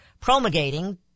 promulgating